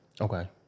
Okay